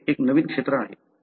हे एक नवीन क्षेत्र आहे